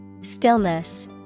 Stillness